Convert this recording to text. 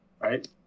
right